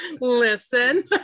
listen